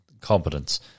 competence